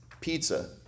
Pizza